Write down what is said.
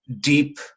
deep